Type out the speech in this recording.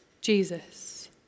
Jesus